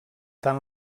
tant